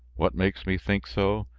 what makes me think so?